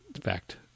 fact